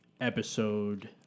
episode